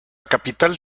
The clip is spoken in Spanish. capital